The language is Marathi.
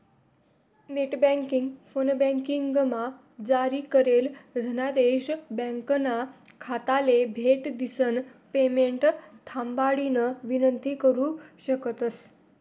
नेटबँकिंग, फोनबँकिंगमा जारी करेल धनादेश ब्यांकना खाताले भेट दिसन पेमेंट थांबाडानी विनंती करु शकतंस